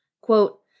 Quote